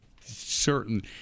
certain